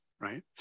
right